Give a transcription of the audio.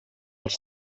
els